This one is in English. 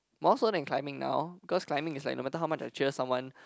more so then climbing now cause climbing is like no matter how much I cheer someone